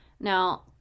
Now